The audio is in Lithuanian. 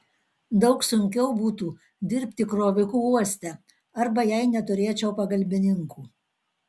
daug sunkiau būtų dirbti kroviku uoste arba jei neturėčiau pagalbininkų